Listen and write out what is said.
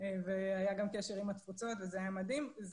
והיה גם קשר עם התפוצות וזה היה מדהים.